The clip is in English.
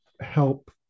help